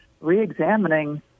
re-examining